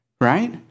right